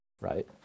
right